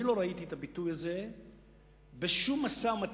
אני לא ראיתי את הביטוי הזה בשום משא-ומתן